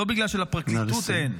לא בגלל שלפרקליטות אין,